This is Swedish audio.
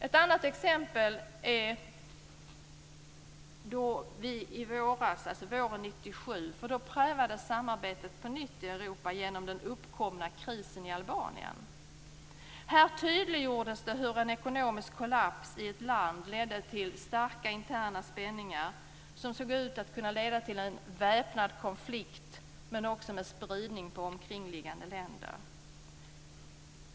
Ett annat exempel kommer från våren 1997. Då prövades samarbetet på nytt i Europa genom den uppkomna krisen i Albanien. Här tydliggjordes det hur en ekonomisk kollaps i ett land ledde till starka interna spänningar som såg ut att kunna leda till en väpnad konflikt med spridning till omkringliggande länder.